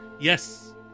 Yes